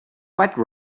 quite